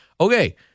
okay